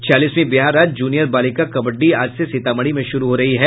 छियालीसवीं बिहार राज्य जूनियर बालिका कबड्डी आज से सीतामढ़ी में शुरू हो रही है